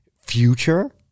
future